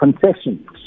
concessions